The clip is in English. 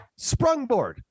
Sprungboard